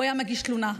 הם היו מגישים תלונה.